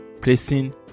placing